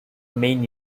main